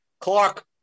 Clark